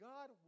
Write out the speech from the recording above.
God